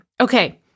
okay